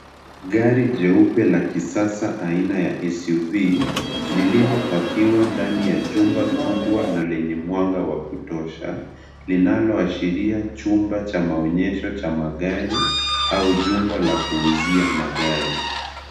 Gari jeupe la kisasa aina ya SUV lililopackiwa ndani ya jumba kubwa na lenye mwanga wa kutosha linaloashiria chumba cha maonyesho cha magari au jumba la kuuzia magari.